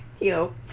Yo